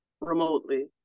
remotely